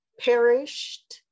perished